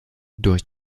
durch